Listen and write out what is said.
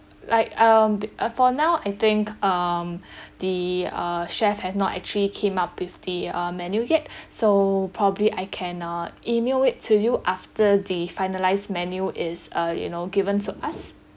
like um uh for now I think um the uh chef has not actually came up with the uh menu yet so probably I can uh email it to you after they finalized menu is uh you know given to us